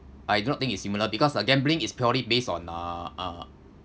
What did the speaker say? I do not think it's similar because uh gambling is purely based on uh uh